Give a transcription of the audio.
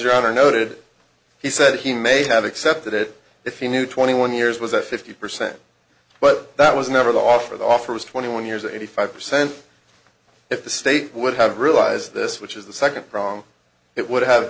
your honor noted he said he may have accepted it if he knew twenty one years was at fifty percent but that was never the offer the offer was twenty one years eighty five percent if the state would have realized this which is the second prong it would have